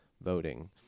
voting